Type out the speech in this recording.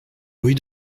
rue